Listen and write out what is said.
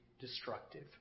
destructive